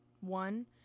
one